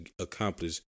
accomplish